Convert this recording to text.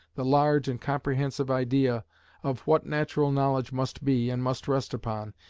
the large and comprehensive idea of what natural knowledge must be, and must rest upon,